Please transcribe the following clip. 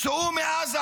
צאו מעזה,